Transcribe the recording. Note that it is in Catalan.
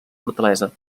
fortalesa